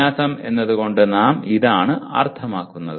വിന്യാസം എന്നത് കൊണ്ട് നാം ഇതാണ് അർത്ഥമാക്കുന്നത്